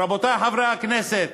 רבותי חברי הכנסת,